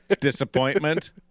Disappointment